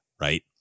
right